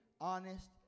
honest